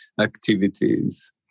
activities